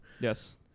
Yes